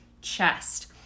chest